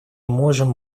можем